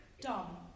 dumb